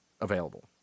available